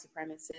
supremacist